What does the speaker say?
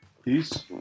Peace